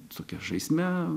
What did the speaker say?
tokia žaisme